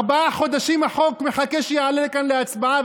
ארבעה חודשים החוק מחכה שיעלה כאן להצבעה,